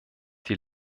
die